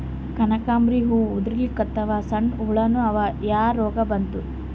ಕನಕಾಂಬ್ರಿ ಹೂ ಉದ್ರಲಿಕತ್ತಾವ, ಸಣ್ಣ ಹುಳಾನೂ ಅವಾ, ಯಾ ರೋಗಾ ಬಂತು?